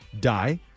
die